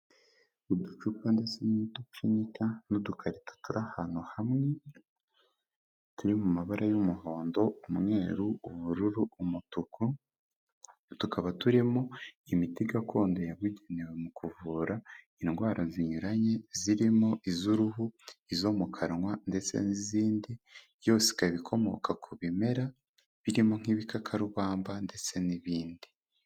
Uducupa ndetse n'udupfunyika n'udukarito turi ahantu hamwe turi mu mabara y'umuhondo, umweru, ubururu, umutuku tukaba turimo imiti gakondo yabugenewe mu kuvura indwara zinyuranye zirimo iz'uruhu, izo mu kanwa ndetse n'izindi yose ikaba ikomoka ku bimera birimo nk'ibikakarubamaba ndetse n'ibindi.